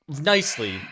nicely